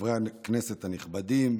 חברי הכנסת הנכבדים,